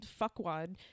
fuckwad